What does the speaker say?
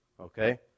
Okay